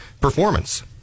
performance